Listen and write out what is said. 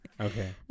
Okay